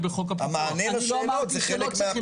המענה לשאלות זה חלק מהפתרון.